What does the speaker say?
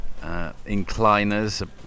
incliners